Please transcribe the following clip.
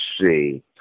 see